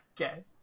Okay